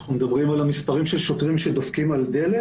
אנחנו מדברים על המספרים של שוטרים שדופקים על דלת?